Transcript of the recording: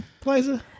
Plaza